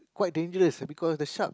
quite dangerous because the shark